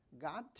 God